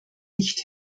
nicht